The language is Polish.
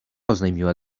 oznajmiła